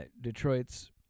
Detroit's